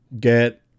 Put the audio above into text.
Get